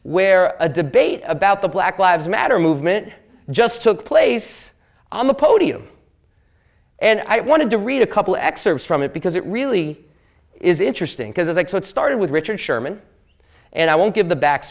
where a debate about the black lives matter movement just took place on the podium and i wanted to read a couple excerpts from it because it really is interesting because i saw it started with richard sherman and i won't give the